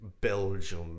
Belgium